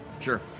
Sure